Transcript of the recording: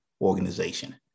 organization